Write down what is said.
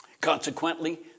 Consequently